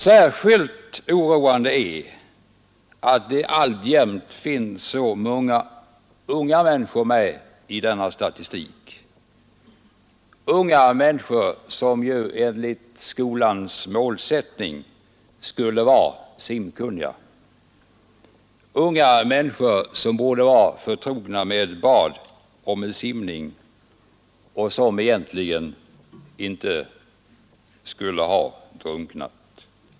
Särskilt oroande är att det alltjämt finns så många unga människor med i denna statistik — unga människor som ju enligt skolans målsättning skulle vara simkunniga, unga människor som borde vara förtrogna med bad och med simning och som egentligen inte skulle ha drunknat.